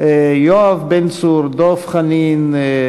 אין לנו מתנגדים או